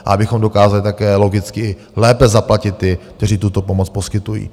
Abychom dokázali také logicky lépe zaplatit ty, kteří tuto pomoc poskytují.